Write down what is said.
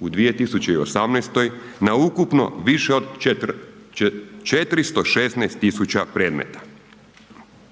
u 2018. na ukupno više od 416.000 predmeta.